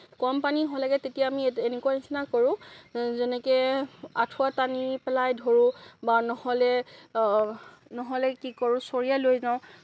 কম পানী হ'লেগে তেতিয়া আমি এনেকুৱা নিচিনা কৰোঁ যেনেকে আঠুৱা টানি পেলাই ধৰোঁ বা নহ'লে নহ'লে কি কৰোঁ চৰিয়া লৈ যাওঁ